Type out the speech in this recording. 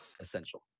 essential